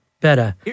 Better